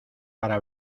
para